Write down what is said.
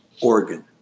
organ